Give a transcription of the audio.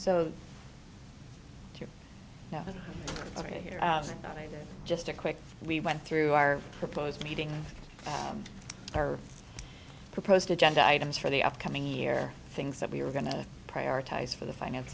there just a quick we went through our proposed meeting our proposed agenda items for the upcoming year things that we were going to prioritize for the finance